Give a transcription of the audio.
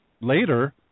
later